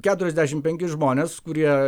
keturiasdešim penkis žmones kurie